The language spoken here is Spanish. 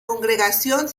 congregación